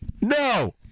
No